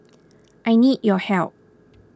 I need your help